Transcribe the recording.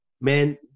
man